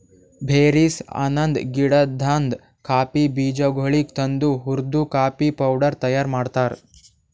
berries ಅನದ್ ಗಿಡದಾಂದ್ coffee ಬೀಜಗೊಳಿಗ್ ತಂದು ಹುರ್ದು ಕಾಫಿ ಪೌಡರ್ ತೈಯಾರ್ ಮಾಡ್ತಾರ್